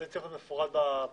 זה צריך להיות מפורט בהודעה?